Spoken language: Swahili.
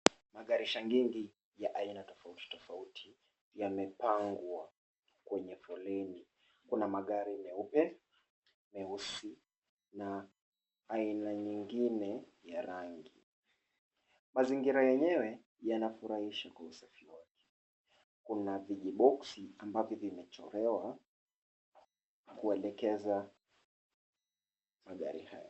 Magarisha nyingi ya aina tofauti tofauti yamepangwa kwenye foleni. Kuna magari meupe, meusi na aina nyingine ya rangi. Mazingira yenyewe yanafurahisha kwa usafi wake. Kuna vijiboxsi ambavyo vimechorewa kuelekeza magari hayo.